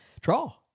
Draw